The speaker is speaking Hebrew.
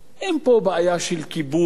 אין פה בעיה של כיבוש,